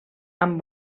amb